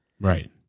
Right